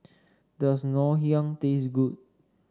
does Ngoh Hiang taste good